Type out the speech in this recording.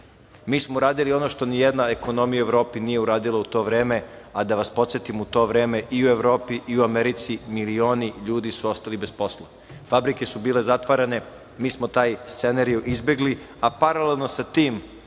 smo uradili ono što ni jedna ekonomija u Evropi nije uradila u to vreme, a da vas podsetim u to vreme i u Evropi i u Americi milioni ljudi su ostali bez posla. Fabrike su bile zatvorene. Mi smo taj scenario izbegli, a paralelno sa tim